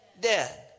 dead